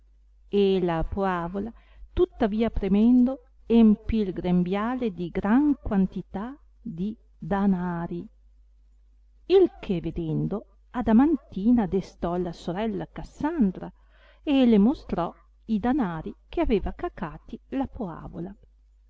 e la poavola tuttavia premendo empì il grembiale di gran quantità di danari il che vedendo adamantina destò la sorella cassandra e le mostrò i danari che aveva cacati la poavola